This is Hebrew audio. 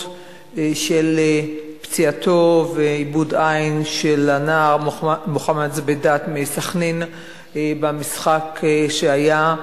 של פציעה ואיבוד עין של הנער מוחמד זבידאת מסח'נין במשחק שהיה.